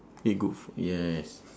eat good food yes